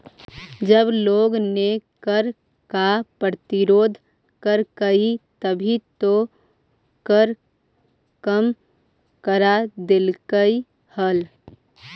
जब लोगों ने कर का प्रतिरोध करकई तभी तो कर कम करा देलकइ हल